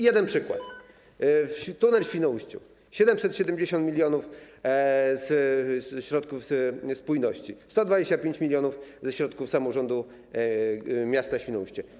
Jeden przykład: tunel w Świnoujściu, 770 mln ze środków spójności, 125 mln ze środków samorządu miasta Świnoujście.